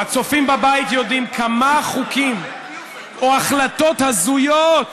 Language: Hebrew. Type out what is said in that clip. הצופים בבית יודעים כמה חוקים או החלטות הזויות